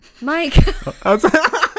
Mike